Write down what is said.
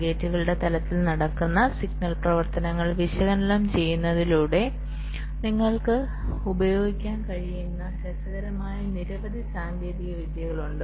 ഗേറ്റുകളുടെ തലത്തിൽ നടക്കുന്ന സിഗ്നൽ പ്രവർത്തനങ്ങൾ വിശകലനം ചെയ്യുന്നതിലൂടെ നിങ്ങൾക്ക് ഉപയോഗിക്കാൻ കഴിയുന്ന രസകരമായ നിരവധി സാങ്കേതിക വിദ്യകളുണ്ട്